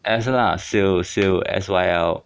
S lah syl syl S Y L